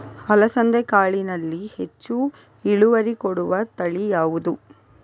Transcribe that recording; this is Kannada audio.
ಅಲಸಂದೆ ಕಾಳಿನಲ್ಲಿ ಹೆಚ್ಚು ಇಳುವರಿ ಕೊಡುವ ತಳಿ ಯಾವುದು?